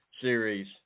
series